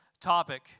topic